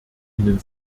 ihnen